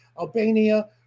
Albania